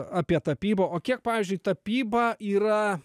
apie tapybą o kiek pavyzdžiui tapyba yra